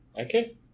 Okay